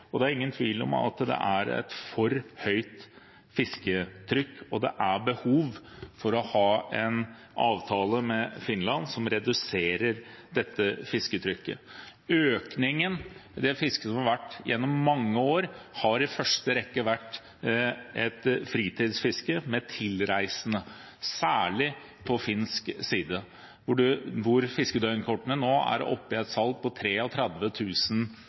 Det er ingen tvil om at det er et for høyt fisketrykk, og det er behov for å ha en avtale med Finland som reduserer dette fisketrykket. Økningen i det fisket som har vært gjennom mange år, har i første rekke vært i fritidsfisket for tilreisende, særlig på finsk side, hvor salget av døgnfiskekortene nå er oppe i 33 000 i året. På